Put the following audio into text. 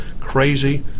crazy